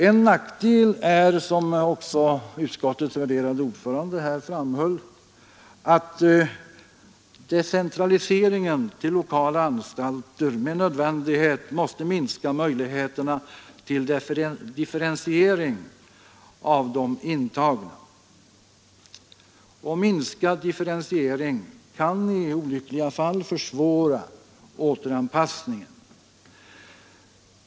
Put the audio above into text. En nackdel är — som också utskottets värderade ordförande här framhöll — att decentraliseringen till lokala anstalter med nödvändighet måste minska möjligheterna till differentiering av de intagna. Och minskad differentiering kan i olyckliga fall försvåra återanpassningen.